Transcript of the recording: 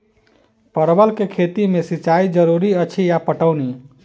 परवल केँ खेती मे सिंचाई जरूरी अछि या पटौनी?